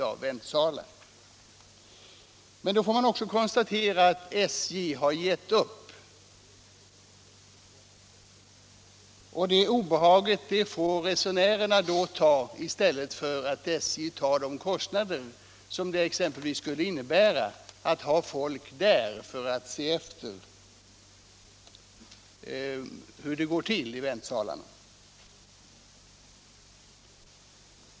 Men man får samtidigt konstatera att SJ har givit upp. Det obehag som uppstår i samband med att vänthallarna är stängda får resenärerna ta i stället för att SJ tar de kostnader som skulle krävas för att ha personal som kan hålla ordning i vänthallarna.